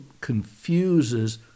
confuses